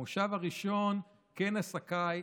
המושב הראשון, כנס הקיץ,